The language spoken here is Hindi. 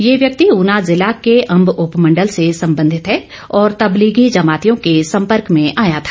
ये व्यक्ति ऊना जिला के अंब उपमंडल से संबंधित है और तबलीगी जमातियों के सम्पर्क में आया था